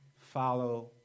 follow